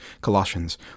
Colossians